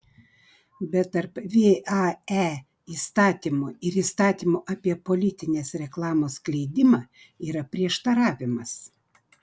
bet tarp vae įstatymo ir įstatymo apie politinės reklamos skleidimą yra prieštaravimas